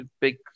big